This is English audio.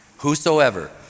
whosoever